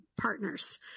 partners